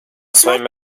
своими